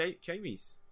Jamie's